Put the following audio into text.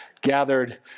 gathered